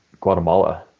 Guatemala